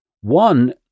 One